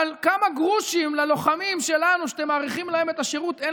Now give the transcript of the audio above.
אבל כמה גרושים ללוחמים שלנו שאתם מאריכים להם את השירות אין